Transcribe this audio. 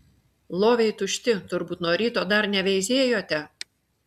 loviai tušti turbūt nuo ryto dar neveizėjote